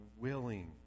willing